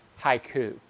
haiku